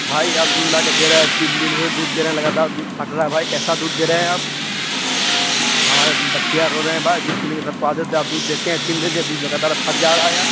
بھائی آپ دودھ لا کے دے رہے ہے تین دن سے دودھ دے رہے ہیں لگاتار دودھ پھٹ رہا ہے بھائی کیسے دودھ دے رہے ہیں آپ ہمارے بچیاں رو رہے ہیں بھائی دودھ پینے کی سب کو عادت ہے آپ دودھ دیتے ہیں تین دن سے دودھ لگاتار پھٹ جا رہا ہے یار